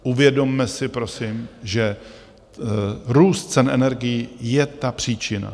Uvědomme si prosím, že růst cen energií je ta příčina.